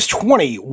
twenty